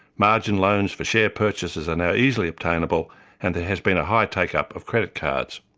marginal loans for share purchases are now easily obtainable and there has been a high take-up of credit cards.